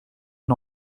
une